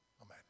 Amen